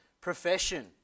profession